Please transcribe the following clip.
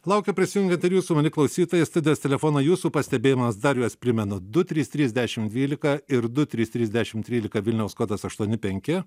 laukia prisijungiant ir jūsų mieli klausytojai studijos telefonai jūsų pastebėjimas dar juos primena du trys trys dešim dvylika ir du trys trys dešim trylika vilniaus kodas aštuoni penki